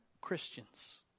Christians